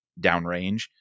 downrange